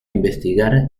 investigar